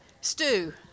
Stu